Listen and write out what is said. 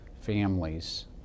families